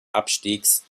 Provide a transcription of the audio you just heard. abstiegs